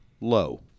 low